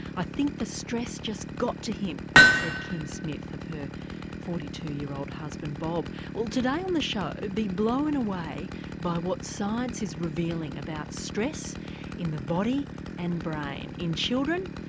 i think the stress just got to him said kim smith of her forty two year old husband bob. well today on the show be blown away by what science is revealing about stress in the body and brain, in children,